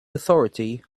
authority